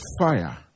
fire